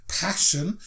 passion